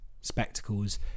spectacles